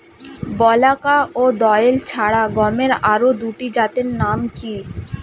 বলাকা ও দোয়েল ছাড়া গমের আরো দুটি জাতের নাম কি?